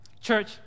Church